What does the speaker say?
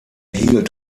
erhielt